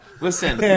Listen